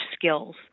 skills